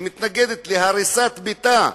שמתנגדת להריסת ביתה,